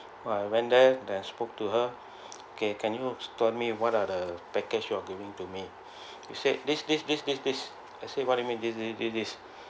I went there then spoke to her okay can you told me what are the package you are giving to me she said this this this this this I say what do you mean this this this this